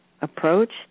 approach